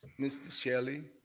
mr. shelley,